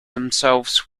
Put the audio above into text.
themselves